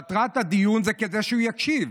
מטרת הדיון היא שהוא יקשיב.